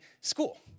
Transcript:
school